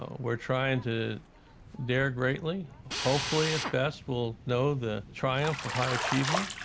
we're trying to dare greatly. hopefully, at best, we'll know the triumph of high achievement,